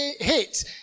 hit